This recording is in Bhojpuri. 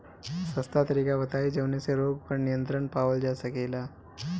सस्ता तरीका बताई जवने से रोग पर नियंत्रण पावल जा सकेला?